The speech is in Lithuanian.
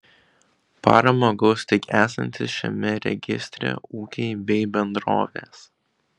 paramą gaus tik esantys šiame registre ūkiai bei bendrovės